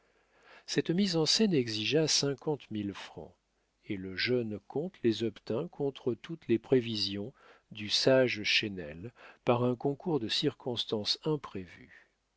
cette mise en scène exigea cinquante mille francs et le jeune comte les obtint contre toutes les prévisions du sage chesnel par un concours de circonstances imprévues